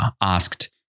asked